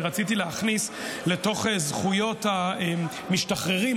אני רציתי להכניס לתוך זכויות המשתחררים,